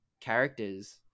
characters